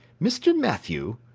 mr. mathew,